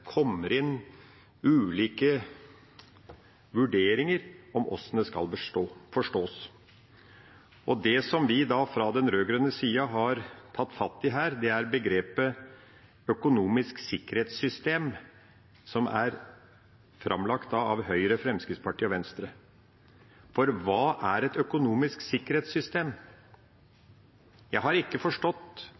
kommer inn ulike vurderinger av hvordan det skal forstås. Det som vi fra den rød-grønne siden har tatt fatt i her, er begrepet «økonomisk sikkerhetssystem», som står i merknaden fra Høyre, Fremskrittspartiet og Venstre. Hva er et økonomisk sikkerhetssystem? Jeg har ikke forstått